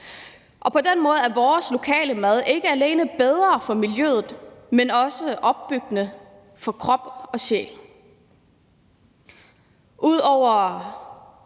og på den måde er vores lokale mad ikke alene bedre for miljøet, men også opbyggende for krop og sjæl. Kl.